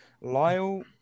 Lyle